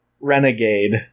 renegade